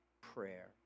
prayer